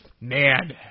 man